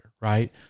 right